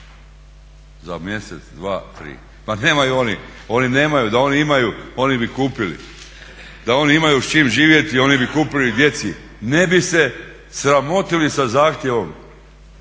za mjesec, dva, tri. Pa nemaju oni, oni nemaju. Da oni imaju oni bi kupili, da oni imaju s čim živjeti oni bi kupili djeci, ne bi se sramotili sa zahtjevom,